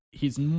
hes